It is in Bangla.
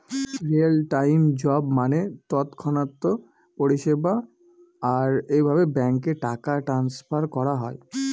রিয়েল টাইম জব মানে তৎক্ষণাৎ পরিষেবা, আর এভাবে ব্যাঙ্কে টাকা ট্রান্সফার করা হয়